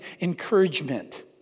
encouragement